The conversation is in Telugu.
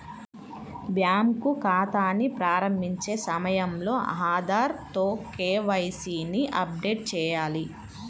బ్యాంకు ఖాతాని ప్రారంభించే సమయంలో ఆధార్ తో కే.వై.సీ ని అప్డేట్ చేయాలి